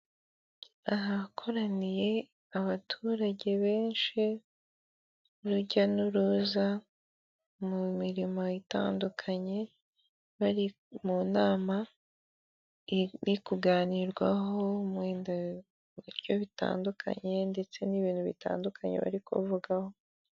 Ahakoraniye abaturage benshi, b'urujya n'uruza mu mirimo itandukanye, bari mu nama iri kuganirwaho muryo bitandukanye ndetse n'ibintu bitandukanye bari kuvugaho.